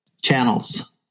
channels